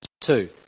Two